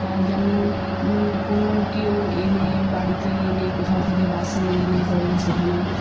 কা যেমন কোনো কেউ এলে বাড়িতে এলে কোথাও থেকে বাসে এলে ধরুন সেখানে